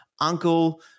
uncle